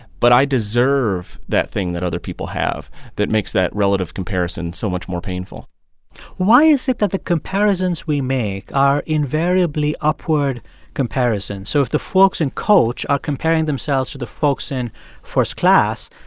but i deserve that thing that other people have that makes that relative comparison so much more painful why is it that the comparisons we make are invariably upward comparisons? so if the folks in coach are comparing themselves to the folks in first class,